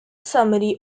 summary